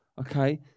Okay